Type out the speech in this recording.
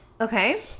Okay